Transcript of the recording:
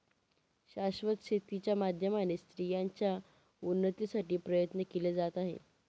शाश्वत शेती च्या माध्यमाने स्त्रियांच्या उन्नतीसाठी प्रयत्न केले जात आहे